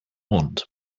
want